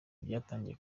byatangiye